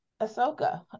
ahsoka